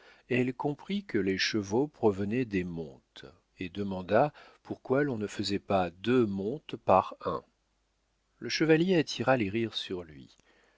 elle comprit que les chevaux provenaient des montes et demanda pourquoi l'on ne faisait pas deux montes par an le chevalier attira les rires sur lui